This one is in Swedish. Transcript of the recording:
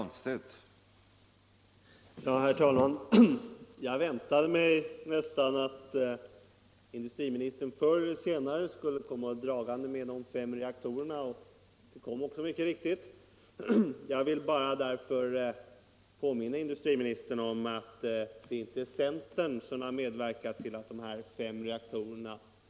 Herr talman! Jag väntade mig nästan att industriministern förr eller senare skulle komma dragande med de fem reaktorerna, och det gjorde han mycket riktigt. Jag vill därför påminna industriministern om att det inte är centern som har medverkat till att dessa har byggts.